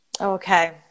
Okay